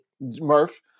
Murph